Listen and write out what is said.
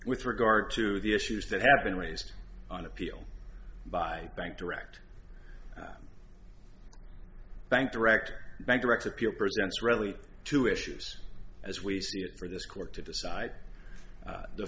with regard to the issues that have been raised on appeal by bank direct bank director bank direct appeal presents really two issues as we see it for this court to decide